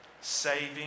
saving